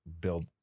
build